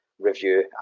review